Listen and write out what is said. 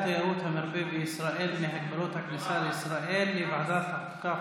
תיירות המרפא בישראל מהגבלות הכניסה לישראל לוועדת החוקה,